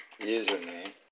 Username